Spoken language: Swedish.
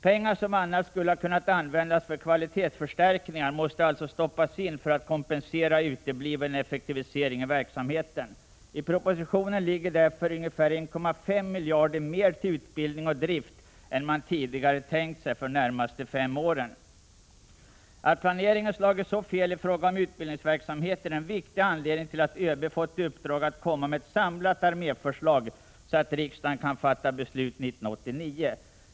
Pengar som annars skulle ha kunnat användas för kvalitetsförstärkningar måste alltså stoppas in för att kompensera utebliven effektivisering i verksamheten. I propositionen föreslås därför ungefär 1,5 miljarder mer till utbildning och drift än man tidigare hade tänkt sig för de närmaste fem åren. Att planeringen slagit så fel i fråga om utbildningsverksamheten är en viktig anledning till att ÖB fått i uppdrag att komma med ett samlat arméförslag, så att riksdagen kan fatta beslut 1989.